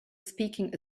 speaking